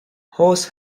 horse